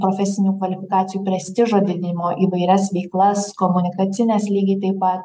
profesinių kvalifikacijų prestižo didinimo įvairias veiklas komunikacines lygiai taip pat